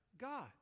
God